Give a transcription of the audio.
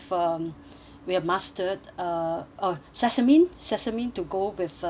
we have mustard uh oh sesame sesame to go with uh